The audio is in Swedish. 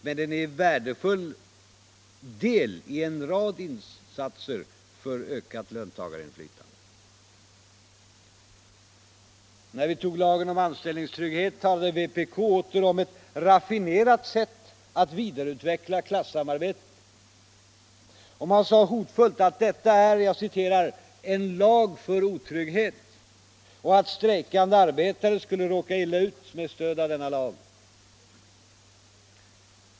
Men den är en värdefull del i en rad insatser för ökat löntagarinflytande. När vi tog lagen om anställningstrygghet talade vpk åter om ”ett raffinerat sätt att vidareutveckla klassamarbetet”. Och man sade hotfullt att detta är ”en lag för otrygghet” och att strejkande arbetare skulle råka illa ut med stöd av denna lag.